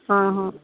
ಹಾಂ ಹಾಂ